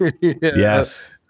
Yes